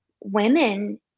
women